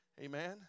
Amen